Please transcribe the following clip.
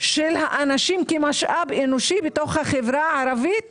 של האנשים כמשאב אנושי בתוך החברה הערבית